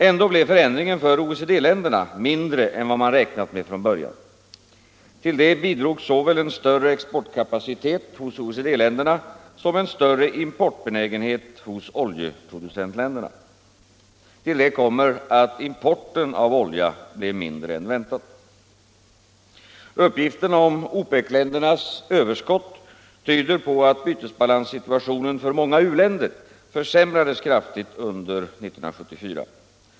Ändå blev förändringen för OECD-länderna mindre än vad man räknat med från början. Till det bidrog såväl en större exportkapacitet hos OECD-länderna som en större importbenägenhet hos oljeproducentländerna. Härtill kommer att importen av olja blev mindre än väntat. Uppgifterna om OPEC-ländernas överskott tyder på att bytesbalanssituationen för många u-länder försämrades kraftigt under år 1974.